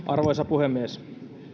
arvoisa puhemies